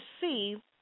see